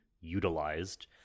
utilized